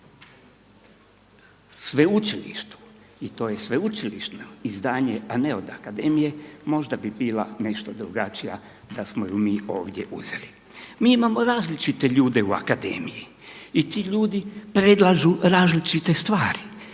sveučilištu, i to je sveučilišno izdanje, a ne od akademije, možda bi bila nešto drugačija da smo je mi ovdje uzeli. Mi imamo različite ljude u akademiji i ti ljudi predlažu različite stvari.